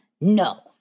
No